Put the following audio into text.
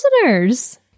listeners